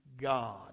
God